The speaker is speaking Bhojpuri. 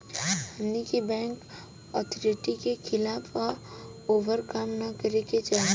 हमनी के बैंक अथॉरिटी के खिलाफ या ओभर काम न करे के चाही